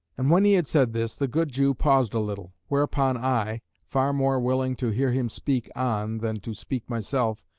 and when he had said this, the good jew paused a little whereupon i, far more willing to hear him speak on than to speak myself,